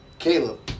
Caleb